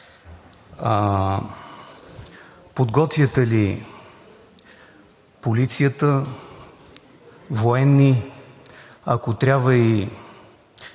Подготвяте ли полицията, военните, ако трябва и